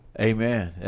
Amen